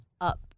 up